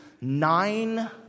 nine